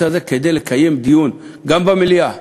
לסדר-היום בנושא הזה לקיים דיון גם במליאה,